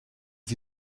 sie